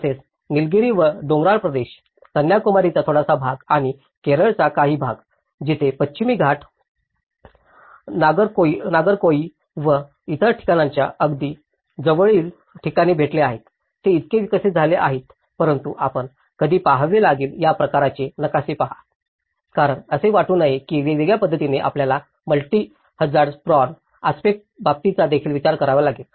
तसेच नीलगिरी व डोंगराळ प्रदेश कन्याकुमारीचा थोडासा भाग आणि केरळचा काही भाग जिथे पश्चिमी घाट नागरेकोईल व इतर ठिकाणांच्या जवळील ठिकाणी भेटले आहेत ते इतके विकसित झाले आहेत परंतु आपण कधी पहावे लागेल या प्रकारचे नकाशे पहा त्यांना असे वाटू नये की वेगळ्या पद्धतीने आपल्याला मल्टी हझार्ड प्रॉन आस्पेक्ट बाबींचा देखील विचार करावा लागेल